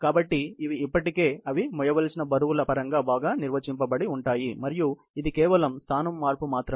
కాబట్టి ఇవి ఇప్పటికే ఆవి మోయవలసిన బరువుల పరంగా బాగా నిర్వచించడి ఉంటాయి మరియు ఇది కేవలం స్తానం మార్పు మాత్రమే